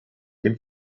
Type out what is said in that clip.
dem